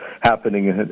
happening